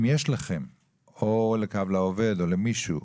אם יש לכם או ל'קו לעובד' או למישהו,